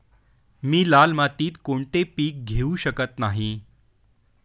मी लाल मातीत कोणते पीक घेवू शकत नाही?